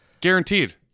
guaranteed